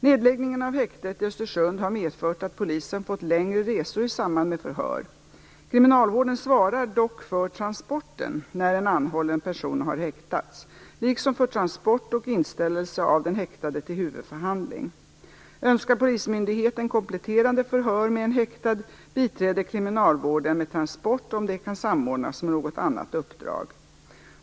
Nedläggningen av häktet i Östersund har medfört att polisen fått längre resor i samband med förhör. Kriminalvården svarar dock för transporten när en anhållen person har häktats, liksom för transport och inställelse av den häktade till huvudförhandling. Önskar polismyndigheten kompletterande förhör med en häktad, biträder kriminalvården med transport om det kan samordnas med något annat uppdrag.